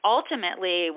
Ultimately